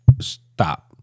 Stop